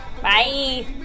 Bye